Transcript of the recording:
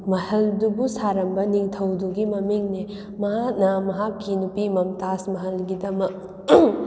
ꯃꯍꯜꯗꯨꯕꯨ ꯁꯥꯔꯝꯕ ꯅꯤꯡꯊꯧꯗꯨꯒꯤ ꯃꯃꯤꯡꯅꯦ ꯃꯍꯥꯛꯅ ꯃꯍꯥꯛꯀꯤ ꯅꯨꯄꯤ ꯃꯝꯇꯥꯖ ꯃꯍꯜꯒꯤꯗꯃꯛ